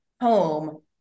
home